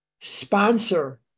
Sponsor